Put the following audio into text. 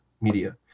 media